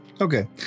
Okay